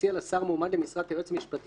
תציע לשר מועמד למשרד היועץ המשפטי